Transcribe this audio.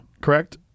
Correct